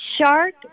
shark